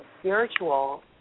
spiritual